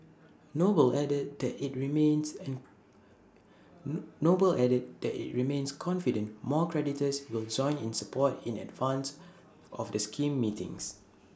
noble added that IT remains and noble added that IT remains confident more creditors will join in support in advance of the scheme meetings